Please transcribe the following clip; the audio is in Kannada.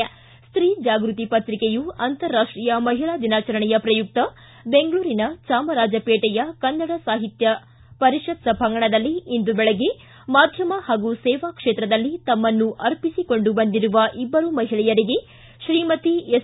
ಸ್ತೀ ಜಾಗೃತಿ ಪ್ರಿಕೆಯು ಅಂತರರಾಷ್ವೀಯ ಮಹಿಳಾ ದಿನಾಚರಣೆಯ ಶ್ರಯುಕ್ತ ದೆಂಗಳೂರಿನ ಚಾಮರಾಜಪೇಟೆಯ ಕನ್ನಡ ಸಾಹಿತ್ಯ ಪರಿಷತ್ ಸಭಾಂಗಣದಲ್ಲಿ ಇಂದು ಬೆಳಗ್ಗೆ ಮಾಧ್ಯಮ ಹಾಗೂ ಸೇವಾ ಕ್ಷೇತ್ರದಲ್ಲಿ ತಮ್ನನ್ನು ಅರ್ಪಿಸಿಕೊಂಡು ಬಂದಿರುವ ಇಬ್ಬರು ಮಹಿಳೆಯರಿಗೆ ತ್ರೀಮತಿ ಎಸ್